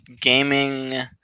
Gaming